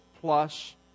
plus